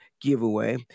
giveaway